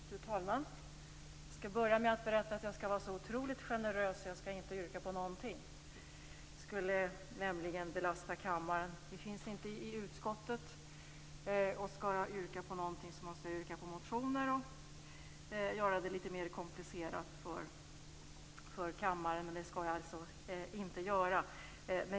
Fru talman! Jag börjar med att berätta att jag skall vara så otroligt generös att jag inte skall yrka på någonting. Det skulle nämligen belasta kammaren. Det finns ingenting i utskottets text. Skall jag yrka på någonting måste jag yrka bifall till motioner och göra det litet mer komplicerat för kammaren. Det skall jag alltså inte göra.